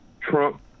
Trump